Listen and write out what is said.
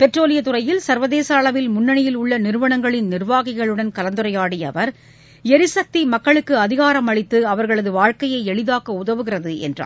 பெட்ரோலியத் துறையில் சர்வதேச அளவில் முன்னணியில் உள்ள நிறுவனங்களின் நிர்வாகிகளுடன் கலந்துரையாடிய அவர் எரிசக்தி மக்களுக்கு அதினரம் அளித்து அவர்களது வாழ்க்கையை எளிதாக்க உதவுகிறது என்றார்